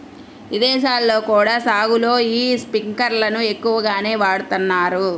ఇదేశాల్లో కూడా సాగులో యీ స్పింకర్లను ఎక్కువగానే వాడతన్నారు